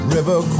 River